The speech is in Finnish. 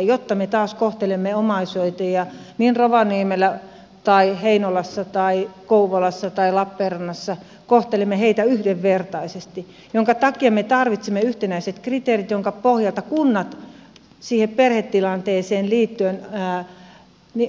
jotta me taas kohtelemme omaishoitajia rovaniemellä tai heinolassa tai kouvolassa tai lappeenrannassa yhdenvertaisesti me tarvitsemme yhtenäiset kriteerit joiden pohjalta kunnat perhetilanteeseen liittyen